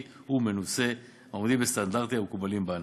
ומנוסה העומד בסטנדרטים המקובלים בענף.